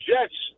Jets